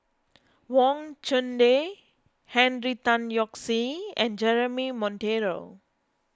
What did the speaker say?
Wang Chunde Henry Tan Yoke See and Jeremy Monteiro